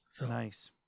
Nice